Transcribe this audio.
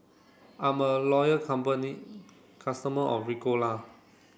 I'm a loyal company customer of Ricola